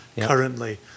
currently